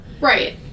right